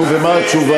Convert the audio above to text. נו, ומה התשובה?